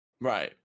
Right